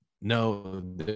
No